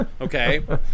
okay